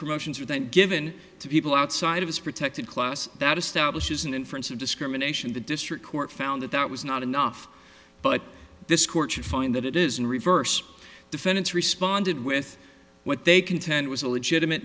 promotions are then given to people outside of a protected class that establishes an inference of discrimination the district court found that that was not enough but this court should find that it is in reverse defendants responded with what they contend was a legitimate